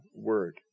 word